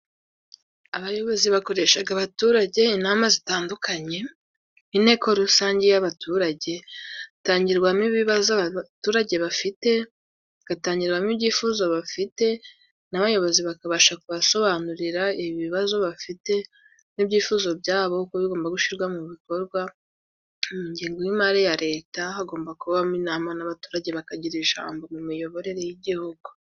Abayobozi bakoreshaga abaturage inama zitandukanye, inteko rusange y'abaturage hatangirwamo ibibazo abaturage bafite, bagatangiramo ibyifuzo bafite n'abayobozi bakabasha kubasobanurira ibibazo bafite n'ibyifuzo byabo kuko bigomba gushirwa mu bikorwa. Mu ngengo y'imari ya Leta hagomba kubamo inama n'abaturage bakagira ijambo mu miyoborere y'igihugu.